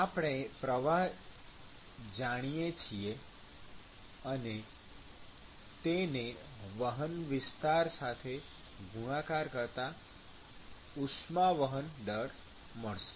આપણે પ્રવાહ જાણીએ છીએ અને તેને વહન વિસ્તાર સાથે ગુણાકાર કરતાં ઉષ્મા વહન દર મળશે